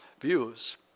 views